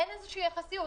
אין פה שום יחסיות,